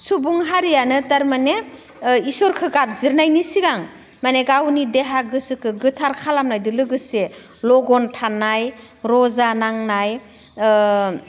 सुबुं हारियानो थारमाने इसोरखो गाबज्रिनायनि सिगां माने गावनि देहा गोसोखो गोथार खालामनायदो लोगोसे लगन थानाय रजा नांनाय